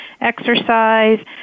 exercise